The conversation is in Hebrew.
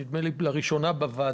אבל נדמה לי שזאת הפעם הראשונה שאנחנו